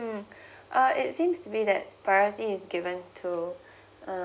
mm uh it seems to be that priority is given to err